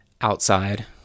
Outside